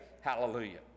hallelujah